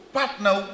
partner